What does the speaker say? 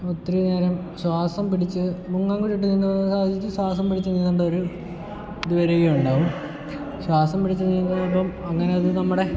ഒത്തിരി നേരം ശ്വാസം പിടിച്ച് മുങ്ങാം കുഴിയിട്ട് നിന്ന് ശ്വാസം പിടിച്ച് നീന്തേണ്ട ഒരു ഇതു വരികയാണ് ശ്വാസം പിടിച്ച് നീന്തുന്നത് ഇപ്പോൾ അങ്ങനെ അത് നമ്മുടെ